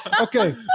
Okay